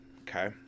okay